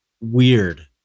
weird